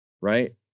right